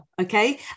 Okay